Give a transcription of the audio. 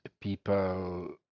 people